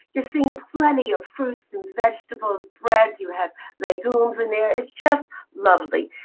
you're seeing plenty of fruits and vegetables, breads. you have legumes in there. it's just lovely.